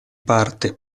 parte